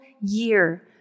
year